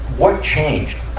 what changed,